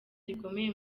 rikomeye